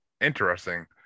interesting